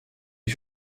les